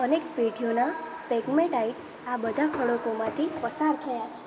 અનેક પેઢીઓના પેગમેટાઇટ્સ આ બધા ખડકોમાંથી પસાર થયા છે